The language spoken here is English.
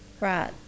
Right